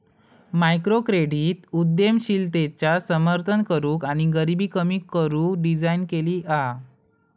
microcredit उद्यमशीलतेचा समर्थन करूक आणि गरीबी कमी करू डिझाईन केली हा